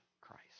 Christ